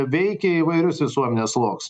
veikė įvairius visuomenės sluoks